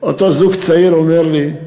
אותו זוג צעיר אומר לי: